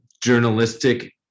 journalistic